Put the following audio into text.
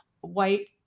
white